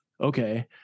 okay